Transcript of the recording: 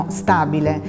stabile